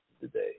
today